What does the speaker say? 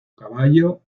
caballo